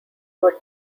were